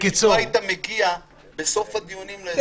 לא היית מגיע בסוף הדיונים לאיזה פרומו.